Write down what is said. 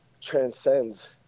transcends